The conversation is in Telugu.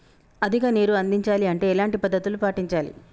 అధిక నీరు అందించాలి అంటే ఎలాంటి పద్ధతులు పాటించాలి?